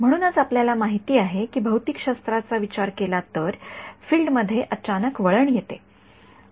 म्हणूनच आपल्याला माहिती आहे की भौतिकशास्त्राचा विचार केला तर फील्ड मध्ये अचानक वळण येते